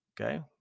Okay